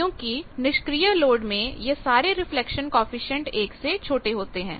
क्योंकि निष्क्रिय लोड में यह सारे रिफ्लेक्शन कॉएफिशिएंट 1 से छोटे होते हैं